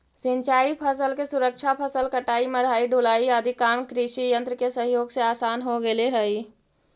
सिंचाई फसल के सुरक्षा, फसल कटाई, मढ़ाई, ढुलाई आदि काम कृषियन्त्र के सहयोग से आसान हो गेले हई